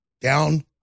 down